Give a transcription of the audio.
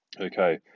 Okay